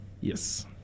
Yes